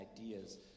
ideas